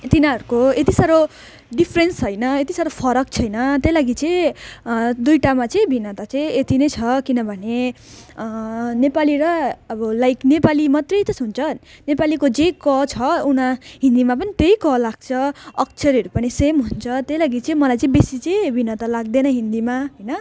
तिनीहरूको यति साह्रो डिफ्रेन्स छैन यति साह्रो फरक छैन त्यही लागि चाहिँ दुईवटामा चाहिँ भिन्नता चाहिँ यति नै छ किनभने नेपाली र अब लाइक नेपाली मात्रै त सुन्छ नेपालीको चाहिँ क छ उना हिन्दीमा पनि त्यही क लाग्छ अक्षरहरू पनि सेम हुन्छ त्यही लागि चाहिँ मलाई चाहिँ बेसी चाहिँ भिन्नता लाग्दैन हिन्दीमा होइन